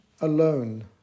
alone